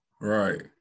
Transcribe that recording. Right